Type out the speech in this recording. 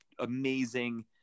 amazing